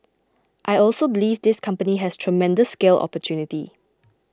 I also believe this company has tremendous scale opportunity